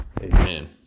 amen